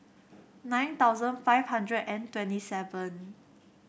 nine thousand five hundred and twenty seven